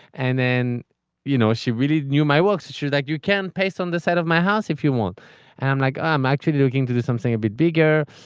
and then you know she really knew my walks to to like you can paste on the side of my house if you want. and i'm like i'm actually looking to do something a bit bigger.